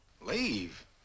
Leave